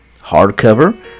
hardcover